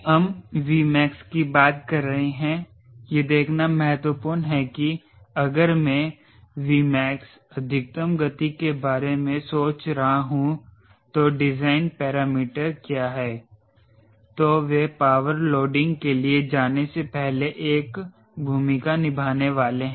हम Vmax की बात कर रहे हैं यह देखना महत्वपूर्ण है कि अगर मैं Vmax अधिकतम गति के बारे में सोच रहा हूं तो डिजाइन पैरामीटर क्या हैं तो वे पावर लोडिंग के लिए जाने से पहले एक भूमिका निभाने वाले हैं